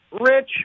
Rich